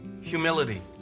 Humility